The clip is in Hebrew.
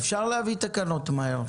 אפשר להביא תקנות מהר,